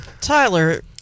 Tyler